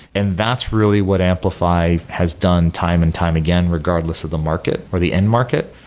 and that's really what amplify has done time and time again regardless of the market or the end market,